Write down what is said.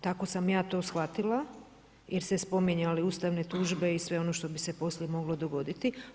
Tako sam ja to shvatila jer ste spominjali ustavne tužbe i sve ono što bi se poslije moglo dogoditi.